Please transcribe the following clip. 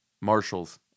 marshals